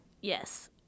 Yes